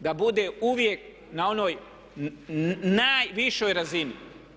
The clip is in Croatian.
da bude uvijek na onoj najvišoj razini.